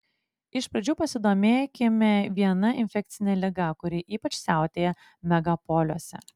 iš pradžių pasidomėkime viena infekcine liga kuri ypač siautėja megapoliuose